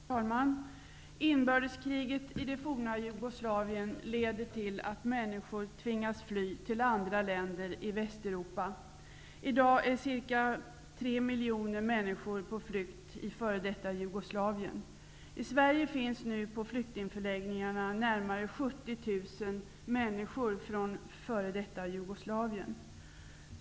Herr talman! Inbördeskriget i det forna Jugo slavien leder till att människor tvingas fly till andra länder i Västeuropa. I dag är ca tre miljoner på flykt i f.d. Jugoslavien. I Sverige finns nu på flyktingförläggningarna närmare 70 000 männi skor från f.d. Jugoslavien.